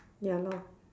ya lor